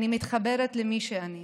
אני מתחברת למי שאני.